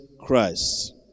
Christ